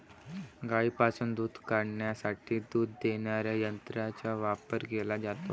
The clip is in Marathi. गायींपासून दूध काढण्यासाठी दूध देणाऱ्या यंत्रांचा वापर केला जातो